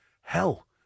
Hell